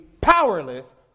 powerless